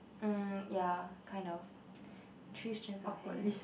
mm ya kind of three strands of hair